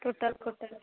टूटल फूटल